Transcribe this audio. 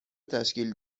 تشکیل